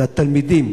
זה התלמידים,